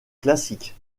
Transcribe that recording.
classique